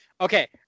Okay